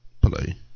play